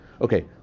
Okay